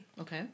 Okay